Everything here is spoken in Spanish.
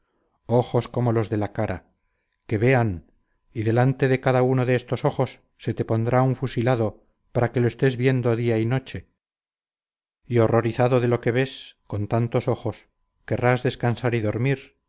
ojos como los de la cara que vean y delante de cada uno de estos ojos se te pondrá un fusilado para que lo estés viendo día y noche y horrorizado de lo que ves con tantos ojos querrás descansar y dormir